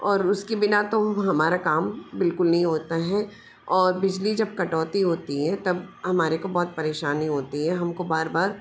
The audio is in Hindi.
और उसके बिना तो हमारा काम बिल्कुल नहीं होता है और बिजली जब कटौती होती है तब हमारे को बहुत परेशानी होती है हम को बार बार